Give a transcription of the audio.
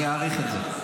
אני אעריך את זה.